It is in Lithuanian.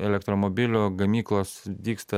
elektromobilių gamyklos dygsta